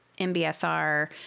MBSR